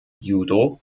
judo